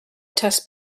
test